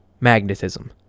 magnetism